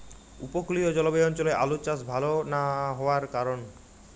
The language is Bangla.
উপকূলীয় জলবায়ু অঞ্চলে আলুর চাষ ভাল না হওয়ার কারণ?